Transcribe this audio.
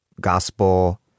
gospel